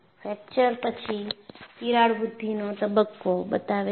fracture પછી તિરાડ વૃદ્ધિનો તબક્કો બતાવે છે